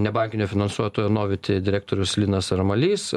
nebankinio finansuotoji noviti direktorius linas armalys